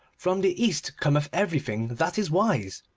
from the east cometh everything that is wise.